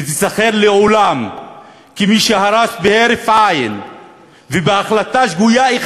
ותיזכר לעולם כמי שהרס בהרף עין ובהחלטה אחת שגויה,